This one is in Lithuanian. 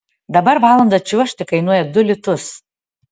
dabar valandą čiuožti kainuoja du litus